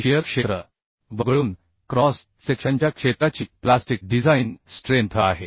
ही shear क्षेत्र वगळून cross सेक्शनच्या क्षेत्राची प्लास्टिक डिझाइन स्ट्रेंथ आहे